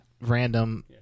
random